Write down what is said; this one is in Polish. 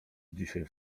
dzisiaj